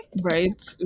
Right